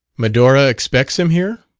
medora expects him here?